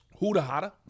Huda-hada